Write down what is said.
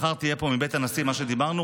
מחר תהיה פה מבית הנשיא, מה שדיברנו.